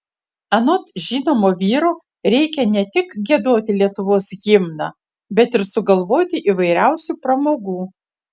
anot žinomo vyro reikia ne tik giedoti lietuvos himną bet ir sugalvoti įvairiausių pramogų